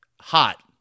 Hot